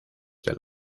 del